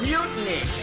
Mutiny